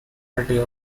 faculty